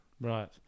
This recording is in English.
Right